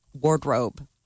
wardrobe